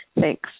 Thanks